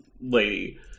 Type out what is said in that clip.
Lady